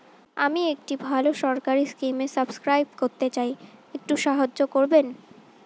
আমি একটি ভালো সরকারি স্কিমে সাব্সক্রাইব করতে চাই, একটু সাহায্য করবেন?